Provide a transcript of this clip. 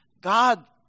God